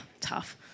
tough